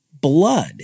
blood